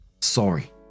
Sorry